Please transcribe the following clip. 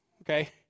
okay